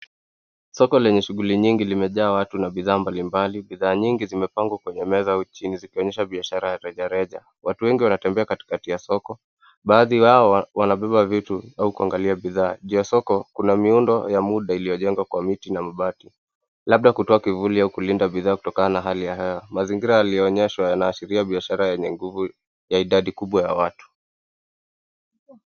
Soko lenye shughuli nyingi limejaa watu na bidhaa mbalimbali. Bidhaa nyingi zimepangwa kwenye meza au chini, zikionyesha biashara ya reja reja. Watu wengi wanatembea katikati ya soko, baadhi yao wanabeba vitu au kuangalia bidhaa. Juu ya soko, kuna miundo ya muda iliyojengwa kwa miti na mabati, labda kutoa kivuli au kulinda bidhaa kutokana na hali ya hewa. Mazingira yaliyoonyeshwa yanaashiria biashara yenye nguvu ya idadi kubwa ya watu.